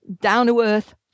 down-to-earth